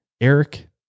eric